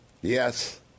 Yes